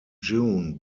june